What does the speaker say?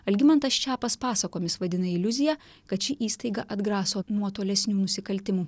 algimantas čepas pasakomis vadina iliuziją kad ši įstaiga atgraso nuo tolesnių nusikaltimų